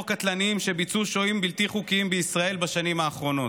קטלניים שביצעו שוהים בלתי חוקיים בישראל בשנים האחרונות.